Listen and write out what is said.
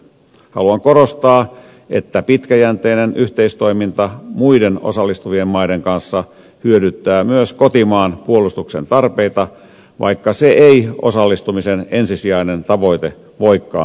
haluan korostaa että pitkäjänteinen yhteistoiminta muiden osallistuvien maiden kanssa hyödyttää myös kotimaan puolustuksen tarpeita vaikka se ei osallistumisen ensisijainen tavoite voikaan olla